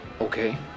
Okay